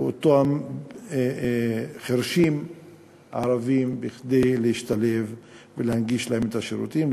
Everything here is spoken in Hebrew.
באותם חירשים ערבים כדי להשתלב ולהנגיש להם את השירותים.